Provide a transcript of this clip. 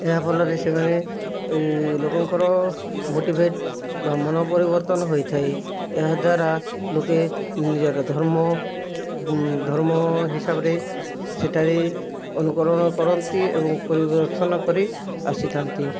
ଏହା ଫଲରେ ସେମାନେ ଲୋକଙ୍କର ମୋଟିଭେଟ୍ ବା ମନ ପରିବର୍ତ୍ତନ ହୋଇଥାଏଏହା ଦ୍ୱାରା ଲୋକେ ନିଜର ଧର୍ମ ଧର୍ମ ହିସାବରେ ସେଠାରେ ଅନୁକରଣ କରନ୍ତି ଏବଂ ପରିବର୍ତ୍ତନ କରି ଆସିଥାନ୍ତି